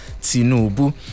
Tinubu